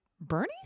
Bernie